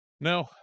No